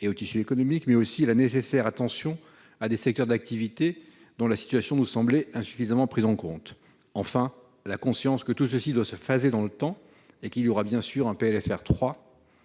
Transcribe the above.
et au tissu économique -, la nécessaire attention à des secteurs d'activité dont la situation nous semblait insuffisamment prise en compte et la conscience que tout cela doit « se phaser » dans le temps et qu'il y aura bien sûr un PLFR 3